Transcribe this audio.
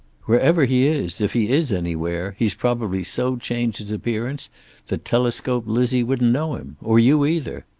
wherever he is, if he is anywhere, he's probably so changed his appearance that telescope lizzie wouldn't know him. or you either.